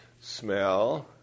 smell